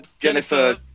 Jennifer